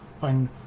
find